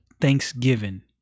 thanksgiving